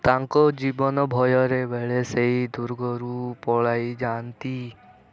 ତାଙ୍କ ଜୀବନ ଭୟରେ ବେଳେ ସେହି ଦୁର୍ଗରୁ ପଳାଇ ଯାଆନ୍ତି